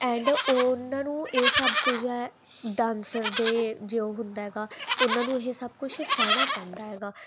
add ਉਹਨਾਂ ਨੂੰ ਇਹ ਸਭ ਕੁਝ ਹ ਡਾਂਸਰ ਦੇ ਜੋ ਹੁੰਦਾ ਹੈਗਾ ਉਹਨਾਂ ਨੂੰ ਇਹ ਸਭ ਕੁਝ ਸਹਿਣਾ ਪੈਂਦਾ ਹੈਗਾ